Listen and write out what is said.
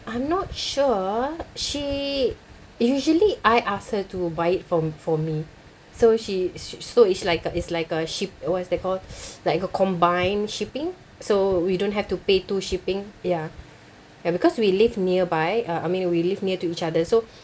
I'm not sure she usually I ask her to buy it for for me so she sh~ so it's like a it's like a ship what is that call like a combined shipping so we don't have to pay two shipping ya ya because we live nearby uh I mean we live near to each other so